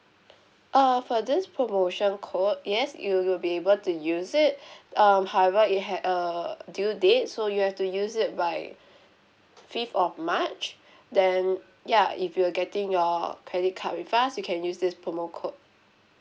err for this promotion code yes you will be able to use it um however it had err due date so you have to use it by fifth of march then ya if you are getting your credit card with us you can use this promo code